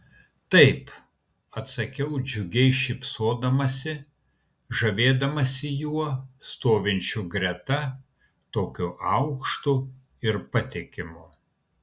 taip atsakiau džiugiai šypsodamasi žavėdamasi juo stovinčiu greta tokiu aukštu ir patikimu